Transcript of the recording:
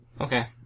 Okay